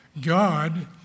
God